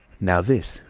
now this,